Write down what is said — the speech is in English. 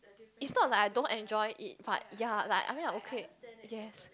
it is not like I don't enjoy it but ya like I mean I am okay yes